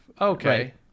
okay